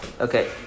Okay